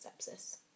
sepsis